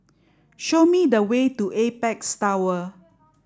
show me the way to Apex Tower